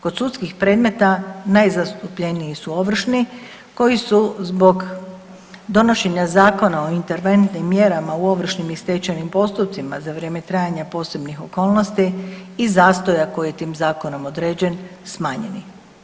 Kod sudskih predmeta najzastupljeniji su ovršni, koji su zbog donošenja Zakona o interventnim mjerama u ovršnim i stečajnim postupcima za vrijeme trajanja posebnih okolnosti i zastoja koje je tim zakonom određen, smanjeni.